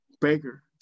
Baker